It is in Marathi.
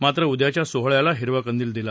मात्र उद्याच्या सोहळ्याला हिरवा कंदिल दिला